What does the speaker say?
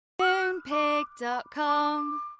MoonPig.com